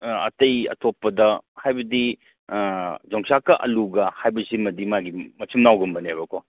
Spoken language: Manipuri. ꯑꯇꯩ ꯑꯇꯣꯞꯗ ꯍꯥꯏꯕꯗꯤ ꯌꯣꯡꯆꯥꯛꯀ ꯑꯥꯂꯨꯒ ꯍꯥꯏꯕꯁꯤꯃꯗꯤ ꯃꯥꯒꯤ ꯃꯆꯤꯟ ꯃꯅꯥꯎꯒꯨꯝꯕꯅꯦꯕꯀꯣ